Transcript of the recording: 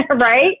Right